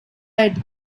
red